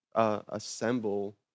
Assemble